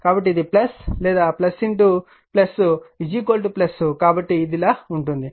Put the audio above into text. కాబట్టి ఇది లేదా కాబట్టి ఇది ఇలా ఉంటుంది